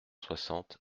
soixante